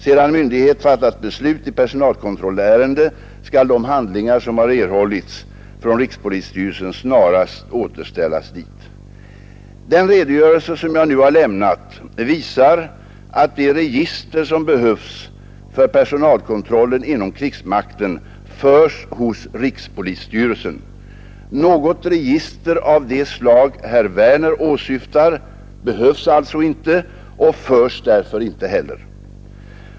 Sedan myndighet fattat beslut i personalkontrollärende, skall de handlingar som har erhållits från rikspolisstyrelsen snarast återställas dit. Den redogörelse som jag nu har lämnat visar att det register som behövs för personalkontrollen inom krigsmakten förs hos rikspolisstyrelsen. Något register av det slag herr Werner åsyftar behövs alltså inte och förs därför inte heller.